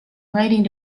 writing